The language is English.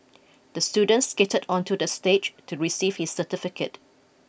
the student skated onto the stage to receive his certificate